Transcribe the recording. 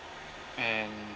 and